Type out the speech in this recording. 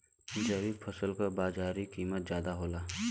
जैविक फसल क बाजारी कीमत ज्यादा होला